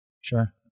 sure